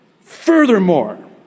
Furthermore